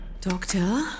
Doctor